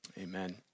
Amen